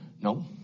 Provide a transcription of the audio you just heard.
no